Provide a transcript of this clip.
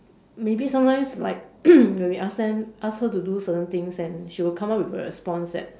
maybe sometimes like when we ask them ask her do certain things and she will come out with a response that